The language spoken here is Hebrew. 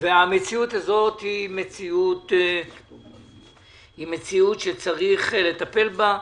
והמציאות הזאת היא מציאות שצריך לטפל בה.